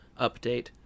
update